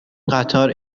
قطار